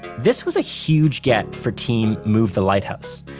this was a huge get for team move the lighthouse.